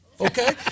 okay